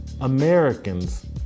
Americans